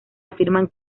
afirman